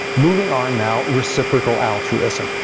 moving on now reciprocal altruism.